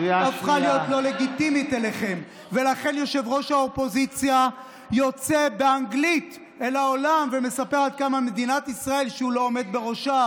שמינה ראש האופוזיציה כשהוא היה ראש הממשלה,